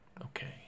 Okay